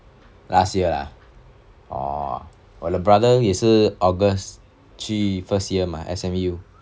last year lah orh 我的 brother 也是 august 去 first year mah S_M_U